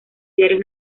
diarios